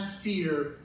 fear